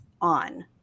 on